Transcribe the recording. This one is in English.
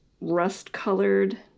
rust-colored